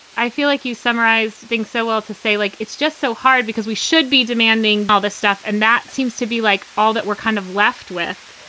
i feel like you summarized things so well to say, like, it's just so hard because we should be demanding all this stuff. and that seems to be like all that we're kind of left with.